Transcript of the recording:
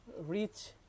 reach